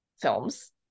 films